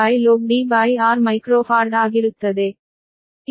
0121log Dr ಮೈಕ್ರೋಫಾರ್ಡ್km ಆಗಿರುತ್ತದೆ